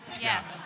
Yes